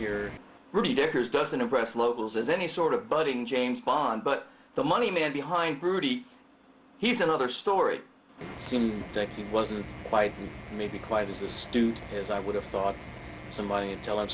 here rudi dekkers doesn't address locals as any sort of budding james bond but the money man behind brute he's another story seem to he wasn't quite maybe quite as a student as i would have thought somebody until i